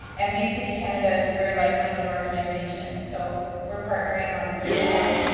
and bee city canada, is a very like-minded organization so we're partnering on curriculum,